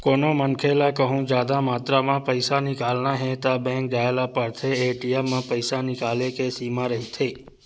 कोनो मनखे ल कहूँ जादा मातरा म पइसा निकालना हे त बेंक जाए ल परथे, ए.टी.एम म पइसा निकाले के सीमा रहिथे